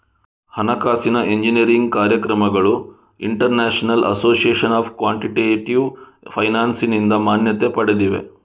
ಹಣಕಾಸಿನ ಎಂಜಿನಿಯರಿಂಗ್ ಕಾರ್ಯಕ್ರಮಗಳು international association of quantitative ಫೈನಾನ್ಸಿನಿಂದ ಮಾನ್ಯತೆ ಪಡೆದಿವೆ